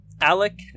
Alec